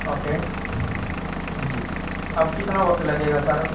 okay جی اب کتنا وقت لگے گا سر